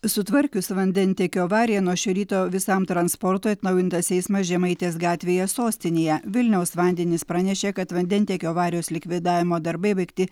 sutvarkius vandentiekio avariją nuo šio ryto visam transportui atnaujintas eismas žemaitės gatvėje sostinėje vilniaus vandenys pranešė kad vandentiekio avarijos likvidavimo darbai baigti